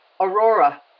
Aurora